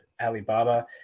Alibaba